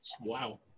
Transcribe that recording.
Wow